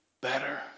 better